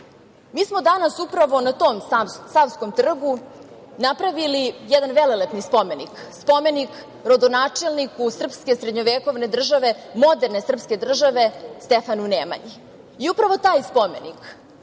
Mi smo danas upravo na tom Savskom trgu napravili jedan velelepni spomenik, spomenik rodonačelniku srpske srednjevekovne države, moderne srpske države, Stefanu Nemanji. Upravo taj spomenik